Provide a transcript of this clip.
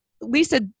Lisa